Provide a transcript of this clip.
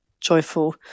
joyful